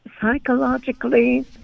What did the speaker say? psychologically